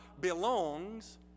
belongs